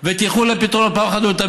אבל אתה